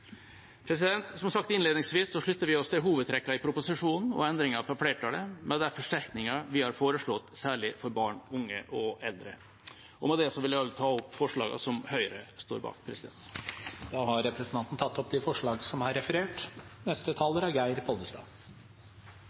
Som sagt innledningsvis slutter vi oss til hovedtrekkene i proposisjonen og endringene fra flertallet, med de forsterkninger vi har foreslått særlig for barn, unge og eldre. Med det vil jeg ta opp forslagene som Høyre står bak. Da har representanten Helge Orten tatt opp de